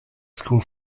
school